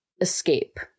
escape